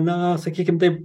na sakykim taip